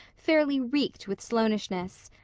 fairly reeked with sloanishness.